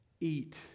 eat